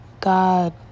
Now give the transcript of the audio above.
God